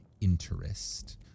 interest